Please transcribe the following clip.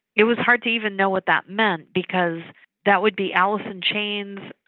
it was hard to even know what that meant, because that would be alice in chains.